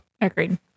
Agreed